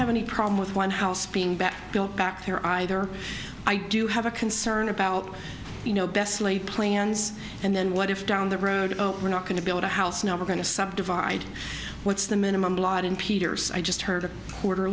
have any problem with white house being back back there either i do have a concern about you know best laid plans and then what if down the road we're not going to build a house now we're going to subdivide what's the minimum lot in peters i just heard a quarter